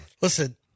Listen